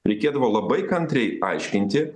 reikėdavo labai kantriai aiškinti